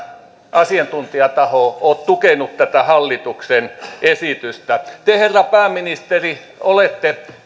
asiantuntijataho ole tukenut tätä hallituksen esitystä te herra pääministeri olette